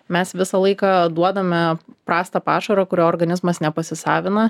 mes visą laiką duodame prastą pašarą kurio organizmas nepasisavina